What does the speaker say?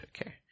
Okay